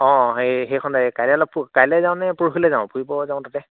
অ' সেই সেইখনে কাইলে অলপ কাইলে যাওঁ নে পৰহিলে যাওঁ ফুৰিব যাওঁ তাতে